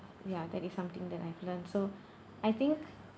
ya that is something that I've learnt so I think